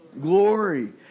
glory